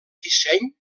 disseny